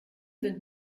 sind